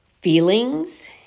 feelings